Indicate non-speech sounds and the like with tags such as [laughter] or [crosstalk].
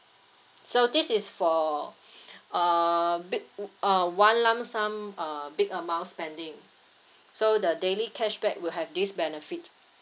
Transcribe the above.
so this is for [breath] uh big uh one lump sum uh big amount spending so the daily cashback will have this benefit